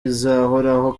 izahoraho